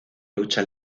lucha